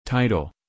title